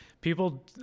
people